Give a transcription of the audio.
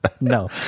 no